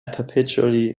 perpetually